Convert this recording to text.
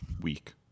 week